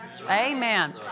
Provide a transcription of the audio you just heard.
Amen